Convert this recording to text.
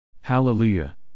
Hallelujah